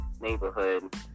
neighborhood